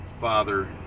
father